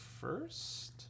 first